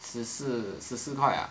十四十四块 ah